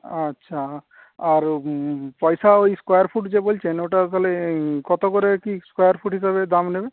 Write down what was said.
আচ্ছা আর পয়সা ওই স্কয়ার ফুট বলছেন ওটা তালে কত করে কি স্কোয়ার ফুট হিসাবে দাম নেবে